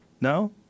No